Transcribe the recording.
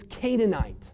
Canaanite